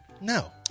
No